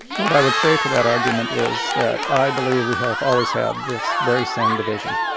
what i would say to that argument is that i believe we have always had this very same division,